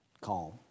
calm